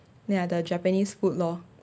ya the japanese food lor